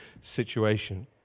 situation